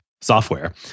software